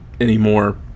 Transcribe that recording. anymore